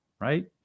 right